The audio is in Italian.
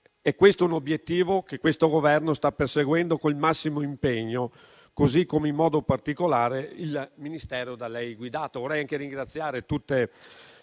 e questo è un obiettivo che il Governo sta perseguendo con il massimo impegno, così come in modo particolare il Ministero da lei guidato. Vorrei anche ringraziare tutta